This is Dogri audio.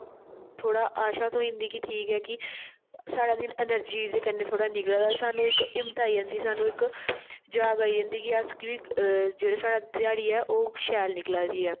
थोह्ड़ा आशा थ्होई जंदी कि ऐ कि साढ़ा दिन अन्रजी दे कन्नै थोह्ड़ा निकला दा सानूं इक हिम्मत आई जदी सानूं जाग आई जंदी अस कि जेह्ड़ी साढ़ी घ्याडी ऐ ओह् शैल निकला दी ऐ